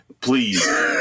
Please